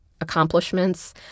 accomplishments